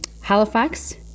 Halifax